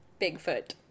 Bigfoot